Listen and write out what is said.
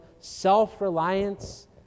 self-reliance